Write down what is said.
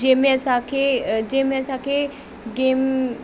जंहिंमें असांखे जंहिंमें असांखे गेम